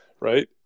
Right